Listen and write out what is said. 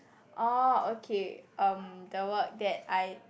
orh okay um the word that I